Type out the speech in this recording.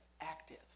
active